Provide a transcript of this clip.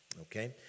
Okay